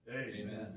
Amen